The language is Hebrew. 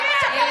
תפריעי,